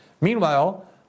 Meanwhile